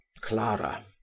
Clara